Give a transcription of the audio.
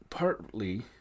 Partly